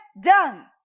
done